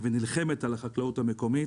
ונלחמת על החקלאות המקומית.